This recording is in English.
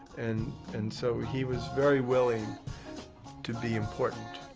and and so he was very willing to be important.